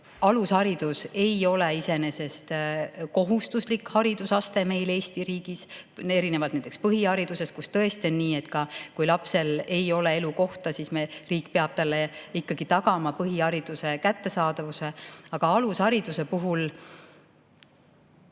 alusharidus ei ole iseenesest kohustuslik haridusaste meil Eesti riigis – erinevalt näiteks põhiharidusest, kus tõesti on nii, et kui lapsel ei ole elukohta, siis riik peab talle ikkagi tagama põhihariduse kättesaadavuse. Aga alushariduse puhul